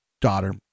daughter